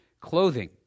clothing